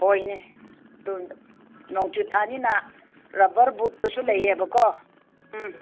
ꯍꯣꯏꯅꯦ ꯑꯗꯨ ꯅꯣꯡꯖꯨ ꯊꯥꯅꯤꯅ ꯔꯕꯔ ꯕꯨꯠꯇꯨꯁꯨ ꯂꯩꯑꯕꯀꯣ ꯎꯝ